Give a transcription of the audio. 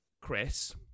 Chris